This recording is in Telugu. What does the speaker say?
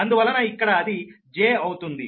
అందువలన ఇక్కడ అది j అవుతుంది